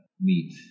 Meat